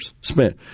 spent